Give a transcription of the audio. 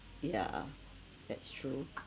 yeah that's true